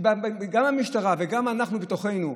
גם של המשטרה וגם אנחנו בתוכנו.